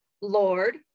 Lord